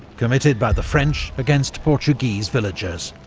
committed by the french against portuguese villagers.